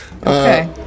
Okay